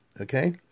okay